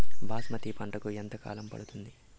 బాస్మతి పంటకు ఎంత కాలం పడుతుంది?